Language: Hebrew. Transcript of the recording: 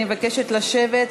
אני מבקשת לשבת,